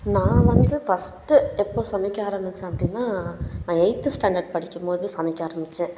நான் வந்து ஃபர்ஸ்ட் எப்போது சமைக்க ஆரம்பித்தேன் அப்படினா நான் எயித்து ஸ்டாண்டர்ட் படிக்கும் போது சமைக்க ஆரம்பித்தேன்